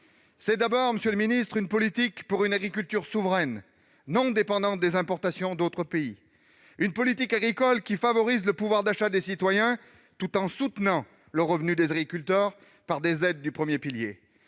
une bonne PAC consiste-t-elle ? C'est une politique pour une agriculture souveraine, non dépendante des importations d'autres pays. C'est une politique qui favorise le pouvoir d'achat des citoyens, tout en soutenant le revenu des agriculteurs par des aides du premier pilier.